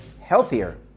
healthier